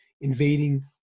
invading